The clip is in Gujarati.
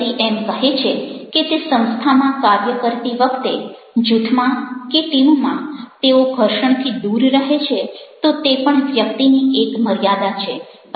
જે વ્યક્તિ એમ કહે છે કે તે સંસ્થામાં કાર્ય કરતી વખતે જૂથમાં કે ટીમમાં તેઓ ઘર્ષણથી દૂર રહે છે તો તે પણ વ્યક્તિની એક મર્યાદા છે